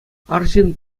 арҫын